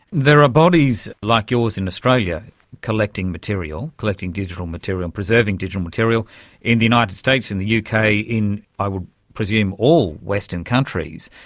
there are bodies like yours in australia collecting material, collecting digital material, preserving digital material in the united states, in the uk, in i would presume all western countries.